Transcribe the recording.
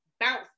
Bounce